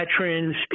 veterans